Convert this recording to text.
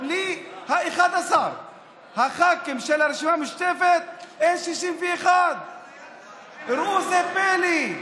בלי 11 הח"כים של הרשימה המשותפת אין 61. ראו זה פלא,